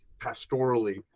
pastorally